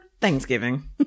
Thanksgiving